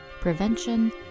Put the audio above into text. prevention